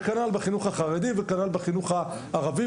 וכנ"ל בחינוך החרדי וכנ"ל בחינוך הערבי.